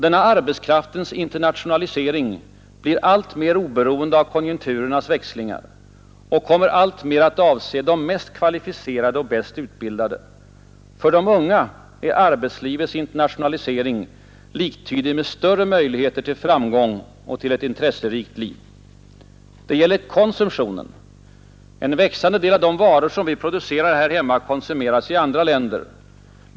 Denna arbetskraftens internationalisering blir alltmer oberoende av konjunkturernas växlingar och kommer alltmera att avse de mest kvalificerade och de bäst utbildade. För de unga är arbetslivets internationalisering liktydig med större möjligheter till framgång och till ett intresserikt liv. Det gäller konsumtionen. En växande del av de varor som vi producerar här hemma konsumeras i andra länder.